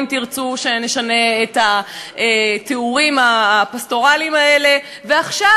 אם תרצו שנשנה את התיאורים הפסטורליים האלה ועכשיו,